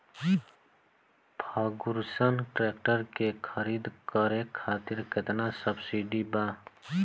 Ferguson tractor के खरीद करे खातिर केतना सब्सिडी बा?